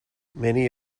many